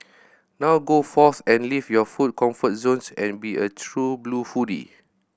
now go forth and leave your food comfort zones and be a true blue foodie